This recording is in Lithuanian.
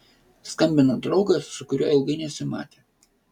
skambina draugas su kuriuo ilgai nesimatė